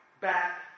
back